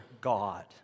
God